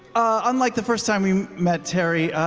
unlike the first time we met tary,